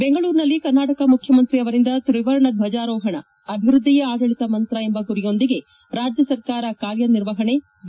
ಬೆಂಗಳೂರಿನಲ್ಲಿ ಕರ್ನಾಟಕ ಮುಖ್ಯಮಂತ್ರಿ ಅವರಿಂದ ತ್ರಿವರ್ಣ ದ್ವಜಾರೋಹಣ ಅಭಿವೃದ್ದಿಯೇ ಆಡಳತ ಮಂತ್ರ ಎಂಬ ಗುರಿಯೊಂದಿಗೆ ರಾಜ್ಯ ಸರ್ಕಾರ ಕಾರ್ಯನಿರ್ವಹಣೆ ಬಿ